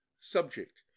subject